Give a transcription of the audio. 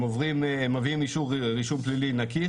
הם מביאים רישום פלילי נקי,